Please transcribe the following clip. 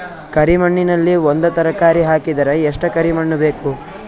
ಕರಿ ಮಣ್ಣಿನಲ್ಲಿ ಒಂದ ತರಕಾರಿ ಹಾಕಿದರ ಎಷ್ಟ ಕರಿ ಮಣ್ಣು ಬೇಕು?